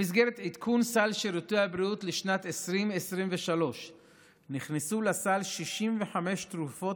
במסגרת עדכון סל שירותי הבריאות לשנת 2023 נכנסו לסל 65 תרופות